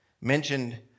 mentioned